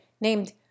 named